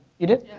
you did?